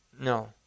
No